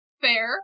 Fair